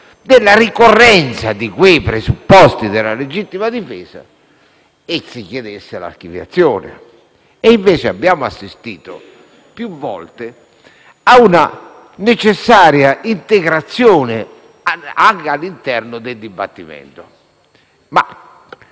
della ricorrenza di quei presupposti della legittima difesa e si chiedesse l'archiviazione. Invece abbiamo assistito più volte a una necessaria integrazione anche all'interno del dibattimento.